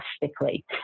drastically